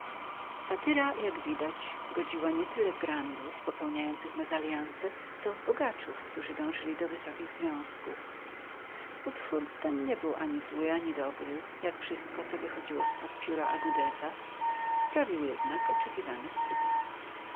satyra jak widać godziła nie tyle w grandów popełniających mezalianse co w bogaczów którzy dążyli do wysokich związków utwór ten nie był ani zły ani dobry jak wszystko co wychodziło spod pióra agudeza sprawił jednak oczekiwany skutek